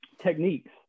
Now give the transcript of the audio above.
techniques